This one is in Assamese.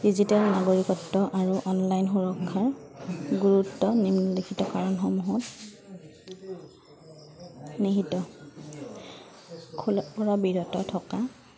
ডিজিটেল নাগৰিকত্ব আৰু অনলাইন সুৰক্ষাৰ গুৰুত্ব নিম্লিখিত কাৰণসমূহত নিহিত খোলা পৰা বিৰত থকা